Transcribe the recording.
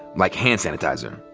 like hand sanitizer.